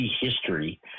history